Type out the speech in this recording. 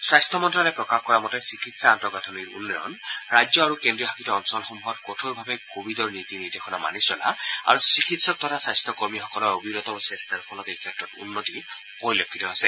স্বাস্থ্য মন্ত্ৰালয়ে প্ৰকাশ কৰা মতে চিকিৎসা আন্তঃগাঁথনিৰ উন্নয়ন ৰাজ্য আৰু কেন্দ্ৰীয় শাসিত অঞ্চলসমূহত কঠোৰ ভাৱে ক'ভিডৰ নীতি নিৰ্দেশনা মানি চলা আৰু চিকিৎসক তথা স্বাস্থকৰ্মীসকলৰ অবিৰত চেষ্টাৰ ফলত এইক্ষেত্ৰত উন্নতি পৰিলক্ষিত হৈছে